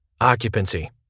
occupancy